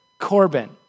Corbin